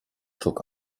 took